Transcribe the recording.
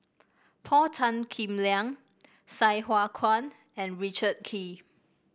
Paul Tan Kim Liang Sai Hua Kuan and Richard Kee